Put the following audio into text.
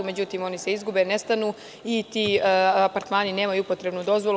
Međutim, oni se izgube, nestanu i ti apartmani nemaju upotrebnu dozvolu.